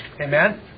Amen